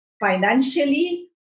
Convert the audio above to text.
financially